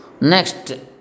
Next